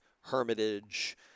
Hermitage